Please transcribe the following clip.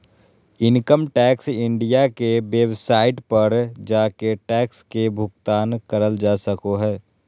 income tax India के website पर जाके टैक्स के भुगतान करल जा सको हय